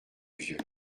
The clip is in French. vieux